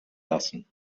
lassen